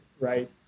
right